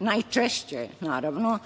najčešće, naravno,